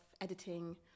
editing